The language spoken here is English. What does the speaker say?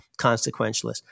consequentialist